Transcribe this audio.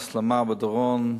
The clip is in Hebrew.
ההסלמה בדרום,